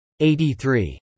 83